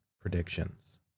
predictions